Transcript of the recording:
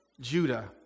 Judah